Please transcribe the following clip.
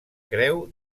creu